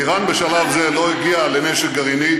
איראן בשלב זה לא הגיעה לנשק גרעיני,